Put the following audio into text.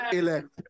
elect